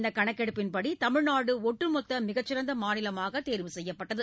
இந்த கணக்கெடுப்பின்படி தமிழ்நாடு ஒட்டுமொத்த மிகச்சிறந்த மாநிலமாக தேர்வு செய்யப்பட்டது